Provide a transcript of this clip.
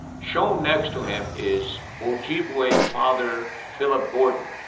shown next to him is ojibwa father philip gordon,